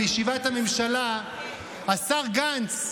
בישיבת הממשלה השר גנץ בא,